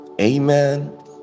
amen